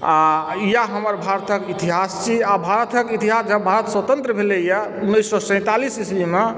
आ इएह हमर भारतक इतिहास छी आ भारतक इतिहास जब भारत स्वतंत्र भेलयए उन्नैस सए सैंतालिस ईस्वीमे